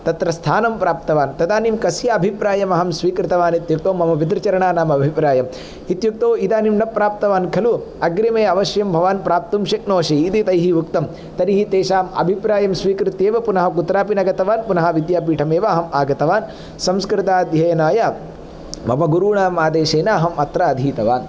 तत्र स्थानं प्राप्तवान् तदानीं कस्य अभिप्रायं अहं स्वीकृतवान् इत्युक्तौ मम पितृचरणानां अभिप्रायं इत्युक्तौ इदानीं न प्राप्तवान् खलु अग्रिमे अवश्यं भवान् प्राप्तुं शक्नोषि इति तैः उक्तं तर्हि तेषां अभिप्रायं स्वीकृत्येव पुनः कुत्रापि न गतवान् पुनः विद्यापीठं एव अहम् आगतवान् संस्कृताध्ययनाय मम गुरूणां आदेशेन अहम् अत्र अधीतवान्